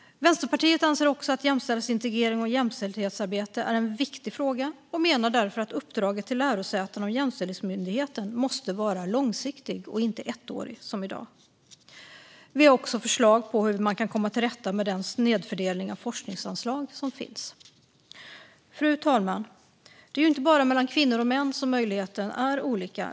Vänsterpartiet anser också att jämställdhetsintegrering och jämställdhetsarbete är en viktig fråga och menar därför att uppdraget till lärosätena och Jämställdhetsmyndigheten måste vara långsiktigt och inte ettårigt som i dag. Vi har också förslag på hur man komma till rätta med den snedfördelning av forskningsanslag som finns. Fru talman! Det är inte bara mellan kvinnor och män som möjligheterna är olika.